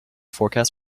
forecast